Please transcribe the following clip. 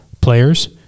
players